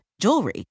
jewelry